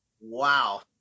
Wow